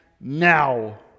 now